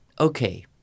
okay